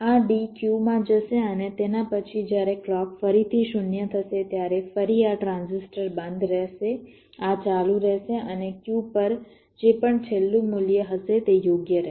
આ D Q માં જશે અને તેનાં પછી જ્યારે ક્લૉક ફરીથી 0 થશે ત્યારે ફરી આ ટ્રાન્ઝિસ્ટર બંધ રહેશે આ ચાલુ રહેશે અને Q પર જે પણ છેલ્લું મુલ્ય હશે તે યોગ્ય રહેશે